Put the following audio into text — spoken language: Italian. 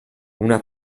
una